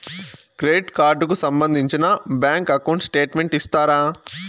Credit card కు సంబంధించిన bank account statement ఇస్తారా?